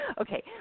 Okay